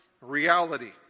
reality